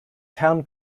town